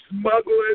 smuggling